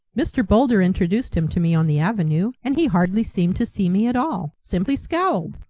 mr. boulder introduced him to me on the avenue, and he hardly seemed to see me at all, simply scowled!